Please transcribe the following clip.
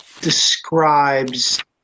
describes